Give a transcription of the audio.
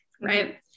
right